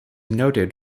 noted